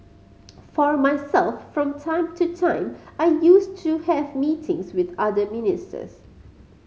for myself from time to time I used to have meetings with other ministers